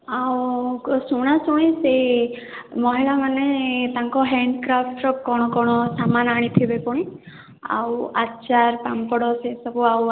ଆଉ ଶୁଣାଶୁଣି ସେହି ମହିଳାମାନେ ତାଙ୍କ ହ୍ୟାଣ୍ଡିକ୍ରାପ୍ଟର କ'ଣ କ'ଣ ସାମାନ୍ ଆଣିଥିବେ ପୁଣି ଆଉ ଆଚାର ପାମ୍ପଡ଼ ସେ ସବୁ ଆଉ ଆଣି